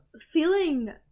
Feeling